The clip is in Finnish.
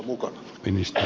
arvoisa puhemies